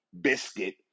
biscuit